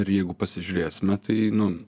ir jeigu pasižiūrėsime tai nu